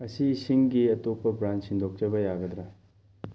ꯑꯁꯤ ꯏꯁꯤꯡꯒꯤ ꯑꯇꯣꯞꯄ ꯕ꯭ꯔꯥꯟ ꯁꯤꯟꯗꯣꯛꯆꯕ ꯌꯥꯒꯗ꯭ꯔꯥ